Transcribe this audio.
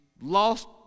lost